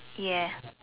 ya